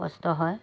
কষ্ট হয়